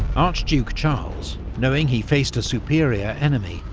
archduke charles, knowing he faced a superior enemy,